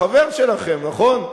חבר שלכם, נכון?